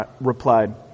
replied